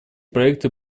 проекты